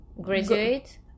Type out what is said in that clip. Graduate